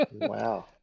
Wow